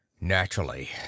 Naturally